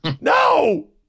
no